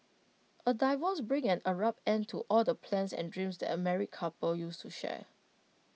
A divorce brings an abrupt end to all the plans and dreams that A married couple used to share